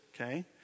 Okay